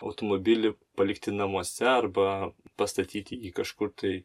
automobilį palikti namuose arba pastatyti jį kažkur tai